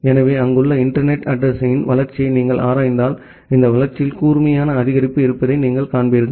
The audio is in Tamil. எனவே அங்குள்ள இன்டர்நெட் அட்ரஸிங்யின் வளர்ச்சியை நீங்கள் ஆராய்ந்தால் இந்த வளர்ச்சியில் கூர்மையான அதிகரிப்பு இருப்பதை நீங்கள் காண்பீர்கள்